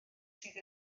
sydd